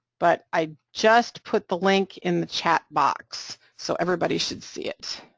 but i just put the link in the chat box so everybody should see it.